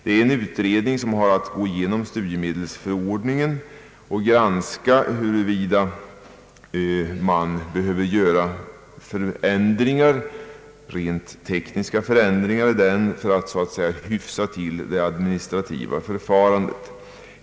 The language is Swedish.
En utredning har att gå igenom = studiemedelsförordningens = bestämmelser och granska om rent tekniska förändringar behöver vidtagas för att så att säga hyfsa det administrativa förfarandet.